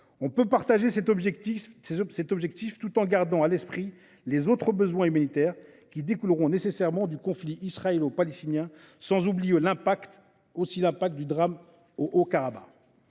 On peut partager cet objectif, tout en gardant à l’esprit les autres besoins humanitaires qui découleront nécessairement du conflit israélo-palestinien, mais aussi du drame au Haut-Karabagh.